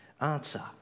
Answer